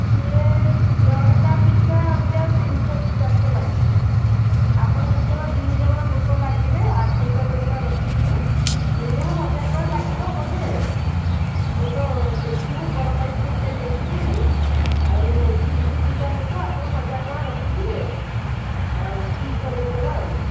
ସିଏ ଜଣକା ପିଛା ଅବିକା ତିନି ଶହ ଚାରି ଶହ ଲାଗିବ ଆପଣଙ୍କର ଦୁଇ ଜଣ ଲୋକ ଲାଗିବେ ଆଠଶହ ଟଙ୍କା ରଖିଥିବେ ମିନିମମ୍ ହଜାରେ ଟଙ୍କା ଲାଗିବ ବୋଧେ ମୁଁ ତ ଦେଖିନି କଳ ପାଇପ୍ ସବୁ ଯାଇ ଦେଖିକରି ଆଉ ନେଇକି ଯିବି ଦୁଇଟା ଲୋକ ଆପଣ ହଜାରେ ଟଙ୍କା ରଖିଥିବେ ଆଉ ଠିକ୍ କରାଇଦେବା ଆଉ